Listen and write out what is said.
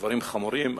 דברים חמורים.